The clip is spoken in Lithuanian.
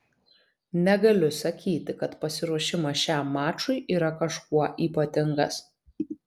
negaliu sakyti kad pasiruošimas šiam mačui yra kažkuo ypatingas